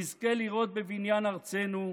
נזכה לראות בבניין ארצנו,